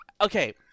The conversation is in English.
okay